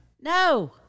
no